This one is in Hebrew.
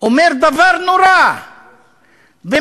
אומר דבר נורא ומסביר